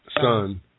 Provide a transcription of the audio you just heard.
Son